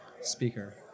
speaker